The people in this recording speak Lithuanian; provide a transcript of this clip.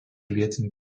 vietinių